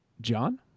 John